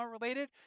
related